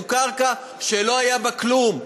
זו קרקע שלא היה בה כלום.